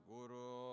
Guru